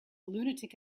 lunatic